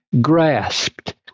grasped